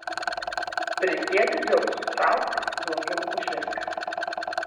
prisiekiu dzeusu trauktis blogiau už viską